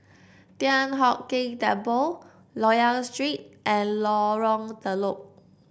Thian Hock Keng Temple Loyang Street and Lorong Telok